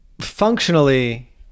functionally